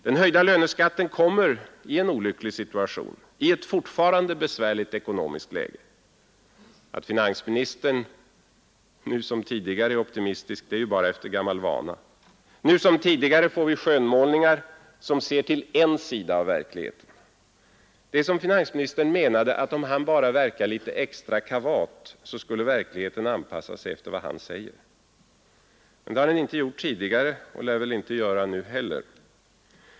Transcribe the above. Den höjda löneskatten kommer i en olycklig situation, i ett fortfarande besvärligt ekonomiskt läge. Att finansministern nu som tidigare är optimistisk, det är ju bara efter gammal vana. Nu som tidigare får vi skönmålningar som ser till en sida av verkligheten. Det är som om finansministern menade att om han bara verkar lite extra kavat så anpassar sig verkligheten efter vad han säger. Men det har den inte gjort tidigare och lär väl inte göra det nu heller.